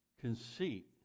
Conceit